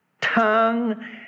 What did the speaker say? tongue